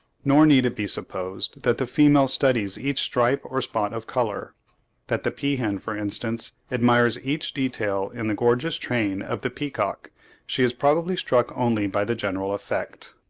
nor need it be supposed that the female studies each stripe or spot of colour that the peahen, for instance, admires each detail in the gorgeous train of the peacock she is probably struck only by the general effect.